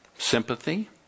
Sympathy